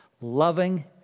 loving